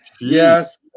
Yes